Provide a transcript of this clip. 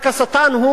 בלי שום מניע.